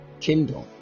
kingdom